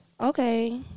okay